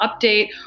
update